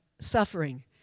suffering